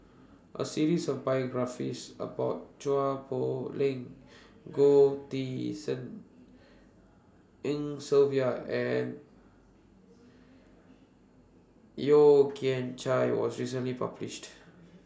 A series of biographies about Chua Poh Leng Goh Tshin En Sylvia and Yeo Kian Chai was recently published